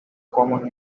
common